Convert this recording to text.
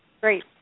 Great